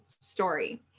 story